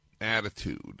attitude